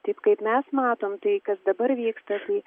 taip kaip mes matome tai kas dabar vyksta kai